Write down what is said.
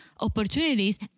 opportunities